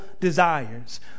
desires